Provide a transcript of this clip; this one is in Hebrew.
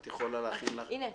הנה,